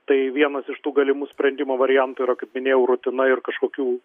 tai vienas iš tų galimų sprendimo variantų yra kaip minėjau rutina ir kažkokių